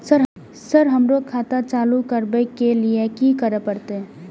Sir हमरो खाता चालू करबाबे के ली ये की करें परते?